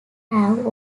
have